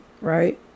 right